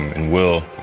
and will,